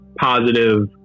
positive